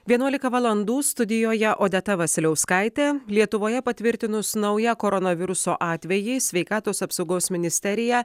vienuolika valandų studijoje odeta vasiliauskaitė lietuvoje patvirtinus naują koronaviruso atvejį sveikatos apsaugos ministerija